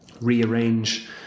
Rearrange